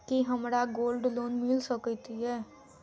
की हमरा gold loan मिल सकैत ये?